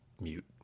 mute